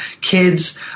kids